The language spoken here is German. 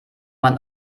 man